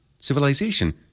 Civilization